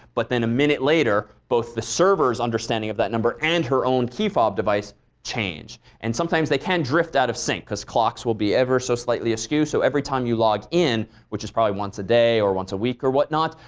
but then a minute later both the server's understanding of that number and her own key fob device change, and sometimes they can drift out of sync because clocks will be ever so slightly askew. so every time you log in, which is probably once a day or once a week or what not,